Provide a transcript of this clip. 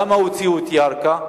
למה הוציאו את ירכא?